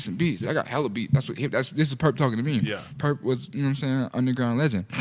beats, i got hella beats. this is purrp talking to me, yeah purrp was an underground legend,